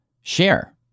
share